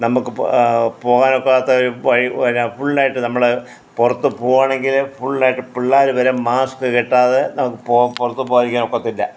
നമുക്ക് പോ പോകാൻ ഒക്കാത്ത വഴി വരെ ഫുൾ ആയിട്ട് നമ്മൾ പുറത്ത് പോകുകയാണെങ്കിൽ ഫുളള് ആയിട്ട് പിള്ളേർ വരെ മാസ്ക് കെട്ടാതെ നമുക്ക് പോ പുറത്ത് പോകാതിരിക്കാൻ ഒക്കത്തില്ല